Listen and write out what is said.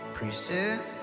Preset